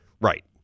Right